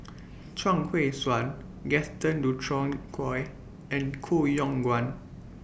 Chuang Hui Tsuan Gaston Dutronquoy and Koh Yong Guan